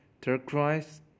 turquoise